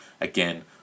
Again